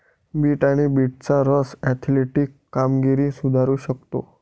bit आणि बीटचा रस ऍथलेटिक कामगिरी सुधारू शकतो